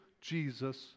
Jesus